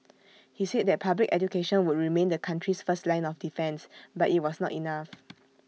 he said that public education would remain the country's first line of defence but IT was not enough